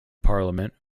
parliament